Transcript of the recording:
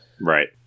right